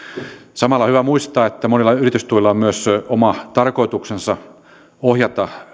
samalla on hyvä muistaa että monilla yritystuilla on myös oma tarkoituksensa ohjata